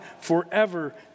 forever